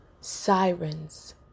sirens